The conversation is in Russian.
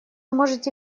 можете